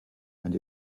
and